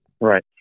Right